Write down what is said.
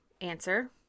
Answer